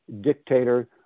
dictator